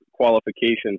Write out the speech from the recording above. qualifications